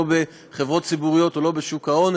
לא בחברות ציבוריות ולא בשוק ההון,